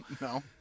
No